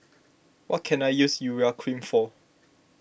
what can I use Urea Cream for